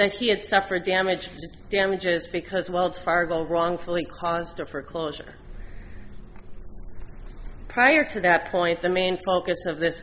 that he had suffered damage damages because wells fargo wrongfully caused or for closure prior to that point the main focus of this